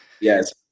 Yes